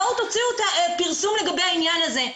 בואו תוציאו את הפרסום לגבי העניין הזה,